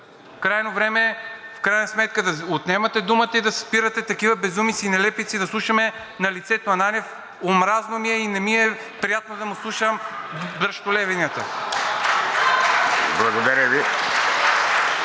Крайно време е в крайна сметка да отнемате думата и да спирате такива безумици и нелепици да слушаме на лицето Ананиев. Омразно ми е и не ми е приятно да му слушам бръщолевенията! (Ръкопляскания